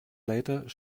later